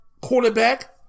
quarterback